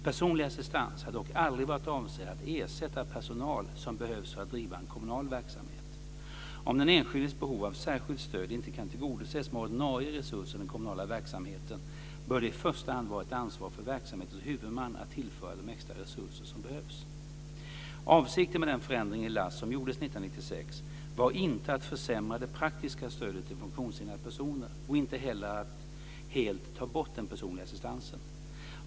Personlig assistans har dock aldrig varit avsedd att ersätta personal som behövs för att driva en kommunal verksamhet. Om den enskildes behov av särskilt stöd inte kan tillgodoses med ordinarie resurser i den kommunala verksamheten bör det i första hand vara ett ansvar för verksamhetens huvudman att tillföra de extra resurser som behövs. 1996 var inte att försämra det praktiska stödet till funktionshindrade personer och inte heller att helt ta bort den personliga assistansen.